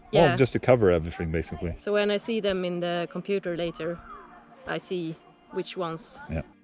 yeah just to cover everything basically so when i see them in the computer later i see which ones yeah